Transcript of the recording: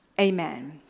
Amen